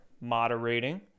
moderating